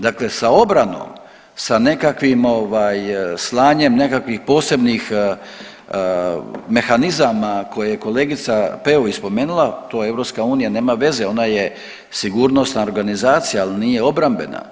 Dakle, sa obranom, sa nekakvim slanjem nekakvih posebnih mehanizama koje je kolegica Peović spomenula to EU nema veze, ona je sigurnosna organizacija, ali nije obrambena.